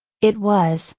it was,